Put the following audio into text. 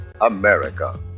America